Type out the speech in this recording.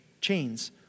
chains